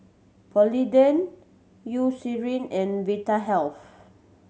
Polident Eucerin and Vitahealth